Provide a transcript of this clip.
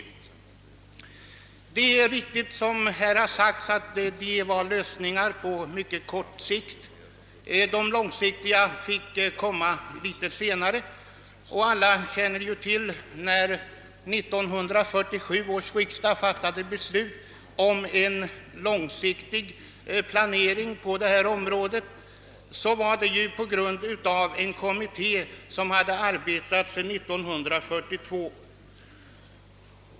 Det är riktigt som här framhållits att detta var lösningar på mycket kort sikt. De långsiktiga lösningarna kunde komma först litet senare. Alla känner ju till att när 1947 års riksdag fattade beslut om en långsiktig planering på detta område detta skedde på grundval av det arbete som utförts av en kommitté som arbetat sedan 1942.